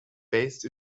based